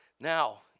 Now